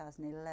2011